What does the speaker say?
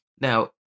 Now